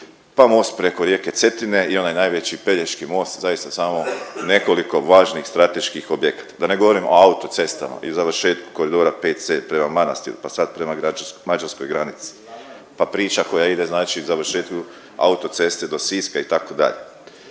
pa most preko rijeke Cetine i onaj najveći Pelješki most zaista samo nekoliko važnih strateških objekata, da ne govorim o autocestama i završetku koridora VC prema manastiru, pa sad prema mađarskoj granici, pa priča koja ide znači završetku autoceste do Siska itd. Prije